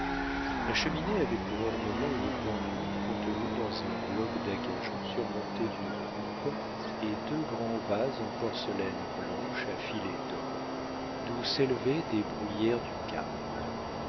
la cheminée avait pour ornement une pendule contenue dans un bloc d'acajou surmonté d'une coupe et deux grands vases en porcelaine blanche à filets d'or d'où s'élevaient des bruyères du cap